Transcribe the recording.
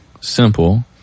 simple